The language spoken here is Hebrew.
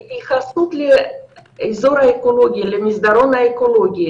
ההתייחסות לאזור האקולוגי, למסדרון האקולוגי